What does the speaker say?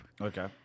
Okay